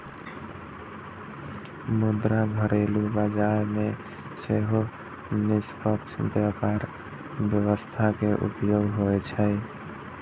मुदा घरेलू बाजार मे सेहो निष्पक्ष व्यापार व्यवस्था के उपयोग होइ छै